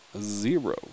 Zero